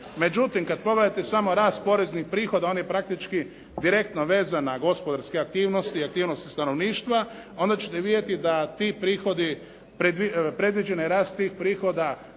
Međutim, kad pogledate samo rast poreznih prihoda on je praktički direktno vezan na gospodarske aktivnosti, aktivnosti stanovništva, onda ćete vidjeti da ti prihodi predviđeni rast tih prihoda